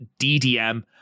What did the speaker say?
DDM